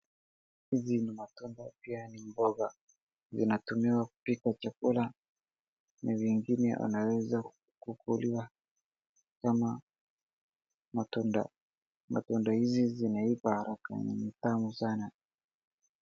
Hizi ni matunda pia ni mboga zinatumiwa kupika chakula na vingine anaweza kukuliwa kama matunda. Matunda hizi zinaiva haraka na ni tamu sana.